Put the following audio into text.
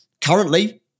currently